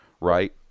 right